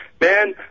Man